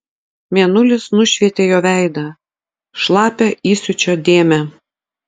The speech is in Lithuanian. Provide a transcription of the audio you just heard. mėnulis nušvietė jo veidą šlapią įsiūčio dėmę